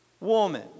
woman